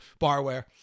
barware